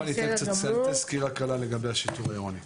תיכף אני אתן תסקיר לגבי השיטור העירוני.